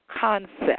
concept